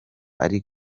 ari